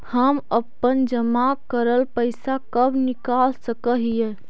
हम अपन जमा करल पैसा कब निकाल सक हिय?